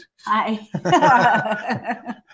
Hi